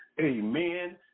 Amen